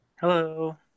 Hello